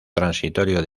transitorio